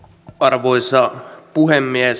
arvoisa puhemies